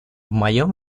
моем